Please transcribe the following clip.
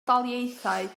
daleithiau